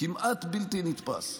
כמעט בלתי נתפס.